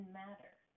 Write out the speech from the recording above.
matter